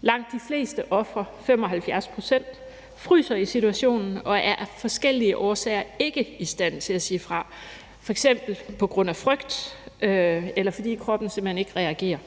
Langt de fleste ofre, 75 pct., fryser i situationen og er af forskellige årsager ikke i stand til at sige fra, f.eks. på grund af frygt, eller fordi kroppen simpelt hen